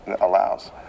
allows